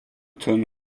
tunn